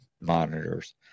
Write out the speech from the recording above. monitors